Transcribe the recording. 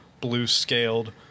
blue-scaled